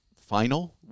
final